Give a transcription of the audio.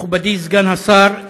מכובדי סגן השר,